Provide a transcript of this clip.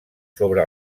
sobre